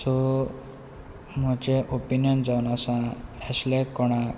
so म्हजे opinion जावन आसा असले कोणाक